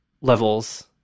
levels